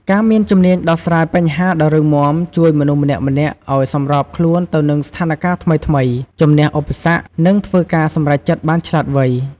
ការមានជំនាញដោះស្រាយបញ្ហាដ៏រឹងមាំជួយមនុស្សម្នាក់ៗឲ្យសម្របខ្លួនទៅនឹងស្ថានការណ៍ថ្មីៗ ជំនះឧបសគ្គ និងធ្វើការសម្រេចចិត្តបានឆ្លាតវៃ។